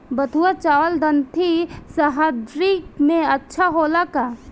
बैठुआ चावल ठंडी सह्याद्री में अच्छा होला का?